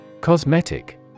Cosmetic